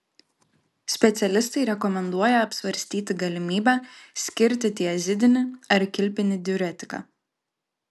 specialistai rekomenduoja apsvarstyti galimybę skirti tiazidinį ar kilpinį diuretiką